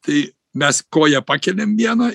tai mes koją pakeliam vieną